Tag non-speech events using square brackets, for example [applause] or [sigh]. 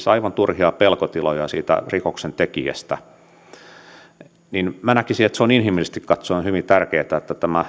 [unintelligible] aivan turhia pelkotiloja siitä rikoksentekijästä niin näkisin että se on inhimillisesti katsoen hyvin tärkeää että tämä